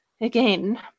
again